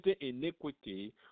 iniquity